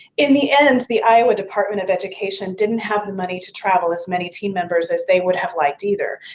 in the end, the iowa department of education didn't have the money to travel as many team members as they would have liked either.